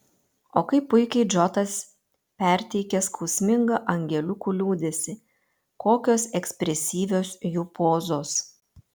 o kaip puikiai džotas perteikė skausmingą angeliukų liūdesį kokios ekspresyvios jų pozos